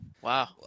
Wow